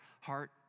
heart